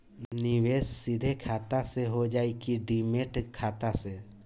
निवेश सीधे खाता से होजाई कि डिमेट खाता से?